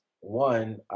one